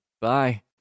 Bye